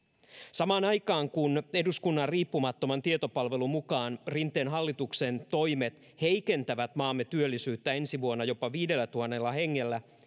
samaan aikaan kun eduskunnan riippumattoman tietopalvelun mukaan rinteen hallituksen toimet heikentävät maamme työllisyyttä ensi vuonna jopa viidellätuhannella hengellä